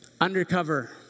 Undercover